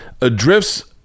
Adrifts